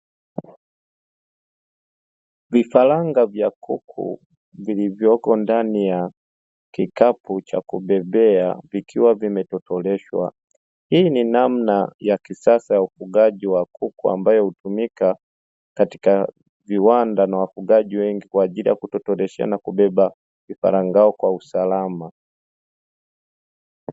Vifaranga vya kuku vilivyoko ndani ya kikapu cha kubebea vikiwa vimetotoleshwa, hii ni namna ya kisasa ya ufugaji wa kuku ambayo hutumika katika viwanda na wafugaji wengi kwa ajili ya kutotoleshea na kubeba vifaranga hao kwa usalama.